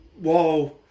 whoa